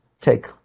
take